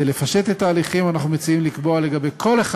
כדי לפשט את התהליכים אנחנו מציעים לקבוע לגבי כל אחד